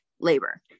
labor